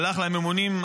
הלך לממונים,